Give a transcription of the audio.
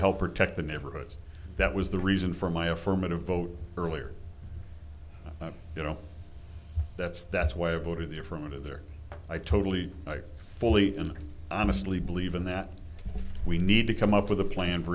help protect the neighborhoods that was the reason for my affirmative vote earlier you know that's that's why i voted the affirmative there i totally fully and honestly believe in that we need to come up with a plan